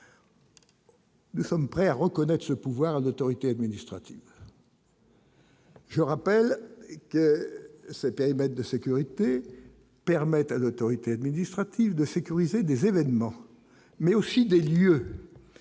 Nous sommes prêts à reconnaître ce pouvoir, l'autorité administrative. Je rappelle que ce périmètre de sécurité permet à l'autorité administrative de sécuriser des événements mais aussi des lieux